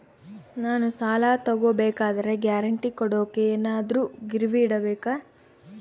ನಾನು ಸಾಲ ತಗೋಬೇಕಾದರೆ ಗ್ಯಾರಂಟಿ ಕೊಡೋಕೆ ಏನಾದ್ರೂ ಗಿರಿವಿ ಇಡಬೇಕಾ?